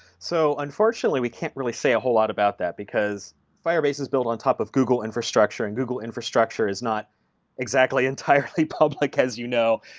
so unfortunately, we can't really say a whole lot about that because firebase is built on top of google infrastructure and google infrastructure is not exactly entirely public as you know.